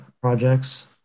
projects